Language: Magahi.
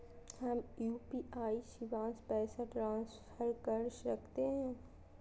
हम यू.पी.आई शिवांश पैसा ट्रांसफर कर सकते हैं?